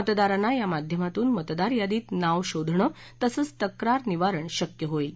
मतदारांना या माध्यमातून मतदारयादीत नाव शोधणं तसंच तक्रार निवारण शक्य होईल